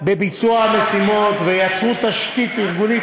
בביצוע המשימות ויצרו תשתית ארגונית